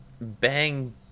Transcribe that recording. bang